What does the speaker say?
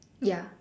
ya